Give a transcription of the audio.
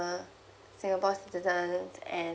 singapore citizen and